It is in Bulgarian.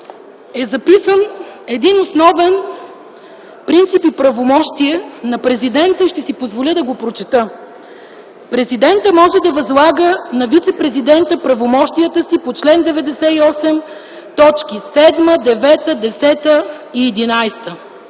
е записан основен принцип и правомощия на президента. Ще си позволя да го прочета: „Президентът може да възлага на вицепрезидента правомощията си по чл. 98, т. 7, 9, 10 и 11